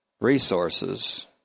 resources